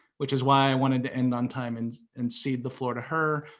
which is why i wanted to end on time and and cede the floor to her.